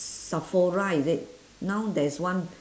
sephora is it now there's one